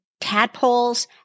tadpoles